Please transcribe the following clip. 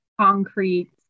concrete